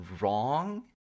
wrong